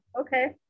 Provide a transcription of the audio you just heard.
okay